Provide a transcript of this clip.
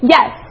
Yes